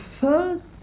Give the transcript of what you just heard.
first